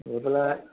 গৈ পেলাই